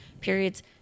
periods